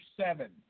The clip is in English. seven